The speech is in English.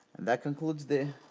that concludes the